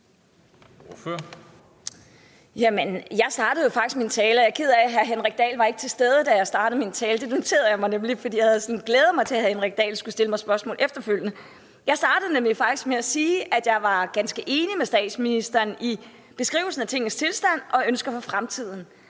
Kl. 17:40 Pia Olsen Dyhr (SF): Jeg er ked af, at hr. Henrik Dahl ikke var til stede, da jeg startede min tale. Det noterede jeg mig, for jeg havde nemlig glædet mig sådan til, at hr. Henrik Dahl skulle stille mig spørgsmål efterfølgende. Og jeg startede faktisk min tale med at sige, at jeg var ganske enig med statsministeren i beskrivelsen af tingenes tilstand og ønsker for fremtiden,